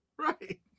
Right